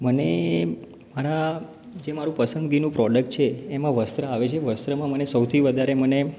મને મારા જે મારૂં પસંદગીનું પ્રોડક્ટ છે એમાં વસ્ત્ર આવે છે વસ્ત્રમાં મને સૌથી વધારે મને